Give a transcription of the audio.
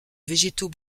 végétaux